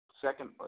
second